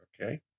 Okay